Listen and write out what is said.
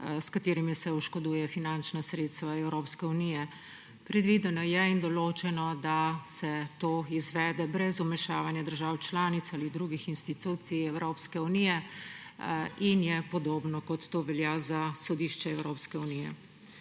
s katerimi se oškodujejo finančna sredstva Evropske unije. Predvideno in določeno je, da se to izvede brez vmešavanja držav članic ali drugih institucij Evropske unije, in je podobno, kot to velja za Sodišče Evropske unije.